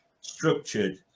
structured